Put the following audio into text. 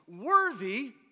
worthy